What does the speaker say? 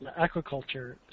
aquaculture